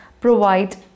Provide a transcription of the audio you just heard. provide